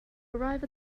arrive